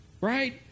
right